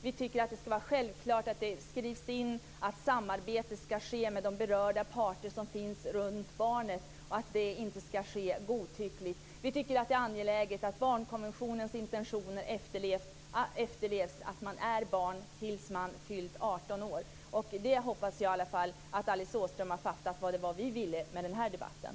Vi tycker att det ska vara självklart att det skrivs in att samarbete ska ske med de berörda parter som finns runt barnet och att det inte ska ske godtyckligt. Vi tycker att det är angeläget att barnkonventionens intentioner efterlevs, alltså att man är barn tills man har fyllt 18 år. Jag hoppas i alla fall att Alice Åström fattar att det var det vi ville med den här debatten.